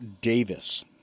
Davis